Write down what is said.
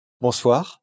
Bonsoir